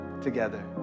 together